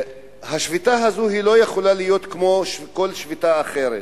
השביתה הזאת לא יכולה להיות כמו כל שביתה אחרת,